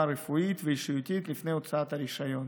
רפואית ואישיותית לפני הוצאת הרישיון,